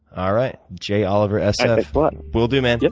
all right. joliversf. but will do, man.